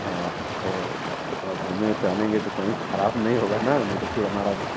हाँ तो थोड़ा घूमेंगे टहलेंगे तो कहीं खराब नहीं होगा न नहीं तो फ़िर हमारा